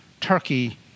Turkey